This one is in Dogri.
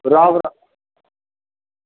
राम राम